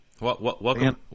Welcome